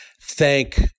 thank